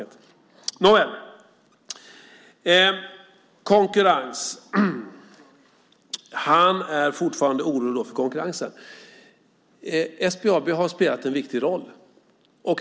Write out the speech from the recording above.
Beträffande konkurrensen är Bosse Ringholm fortfarande orolig. SBAB har spelat en viktig roll.